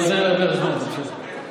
אתה עוזר להעביר זמן, זה בסדר.